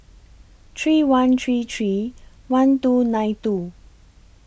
three one three three one two nine two